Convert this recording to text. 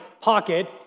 pocket